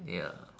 ya